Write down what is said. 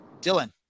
Dylan